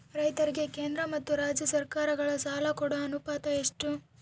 ರೈತರಿಗೆ ಕೇಂದ್ರ ಮತ್ತು ರಾಜ್ಯ ಸರಕಾರಗಳ ಸಾಲ ಕೊಡೋ ಅನುಪಾತ ಎಷ್ಟು?